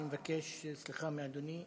אני מבקש סליחה מאדוני.